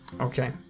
Okay